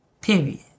Period